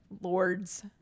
lords